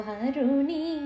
Haruni